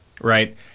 right